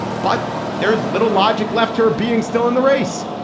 but there is little logic left her being still in the race.